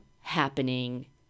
happening